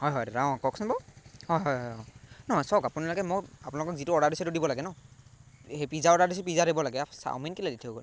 হয় হয় দাদা অঁ কওকচোন বাৰু হয় হয় নহয় চাওক আপোনালোকে মোক আপোনালোকক যিটো অৰ্ডাৰ দিছোঁ সেইটো দিব লাগে ন সেই পিজ্জা অৰ্ডাৰ দিছোঁ পিজ্জা দিব লাগে চাওমিন কেলে দি থৈ গ'ল